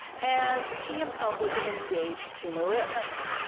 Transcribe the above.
and he himself was an engaged humorist.